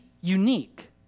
unique